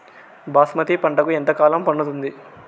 బాస్మతి పంటకు ఎంత కాలం పడుతుంది?